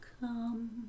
come